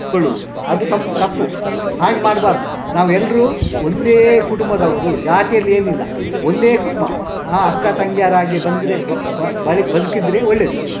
ಕೊಳ್ಳುವುದು ಅದು ತಮ್ಮ ತಪ್ಪು ಹಾಗೆ ಮಾಡಬಾರ್ದು ನಾವೆಲ್ಲರೂ ಒಂದೇ ಕುಟುಂಬದವರು ಜಾತಿಯಲ್ಲಿ ಏನಿಲ್ಲ ಒಂದೇ ಕುಟುಂಬ ಅಕ್ಕ ತಂಗಿಯರಾಗೆ ಬಂದರೆ ಬಾಳಿ ಬದುಕಿದರೆ ಒಳ್ಳೆಯದು